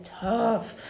tough